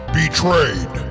betrayed